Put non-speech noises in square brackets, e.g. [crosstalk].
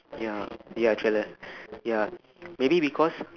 ya ya trailer ya [breath] maybe because